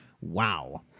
wow